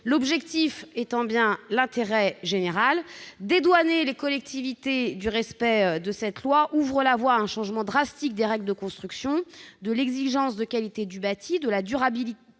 l'objectif étant bien l'intérêt général. Dédouaner les collectivités du respect de cette loi MOP ouvre la voie à un changement drastique des règles de construction, de l'exigence de qualité du bâti, de la durabilité